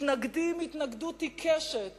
מתנגדים התנגדות עיקשת